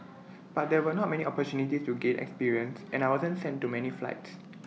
but there were not many opportunities to gain experience and I wasn't sent to many flights